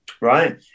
right